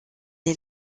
est